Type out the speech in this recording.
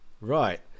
Right